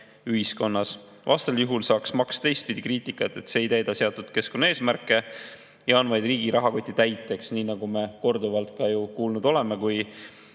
ühiskonnas. Vastasel juhul saaks maks teistpidi kriitikat, et see ei täida seatud keskkonnaeesmärke ja on vaid riigi rahakoti täiteks, nagu me korduvalt kuulsime, kui